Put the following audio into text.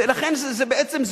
ולכן זה בעצם,